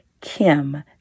Kim